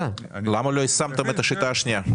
יישמתם את השיטה השנייה?